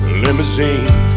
limousine